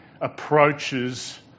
approaches